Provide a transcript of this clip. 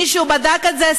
מישהו בדק את זה?